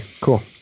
Cool